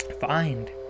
find